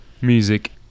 music